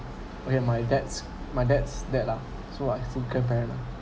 okay my dad's my dad's dead lah so I single parent ah